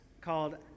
called